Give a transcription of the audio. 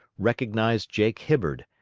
recognized jake hibbard,